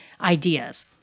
ideas